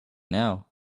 now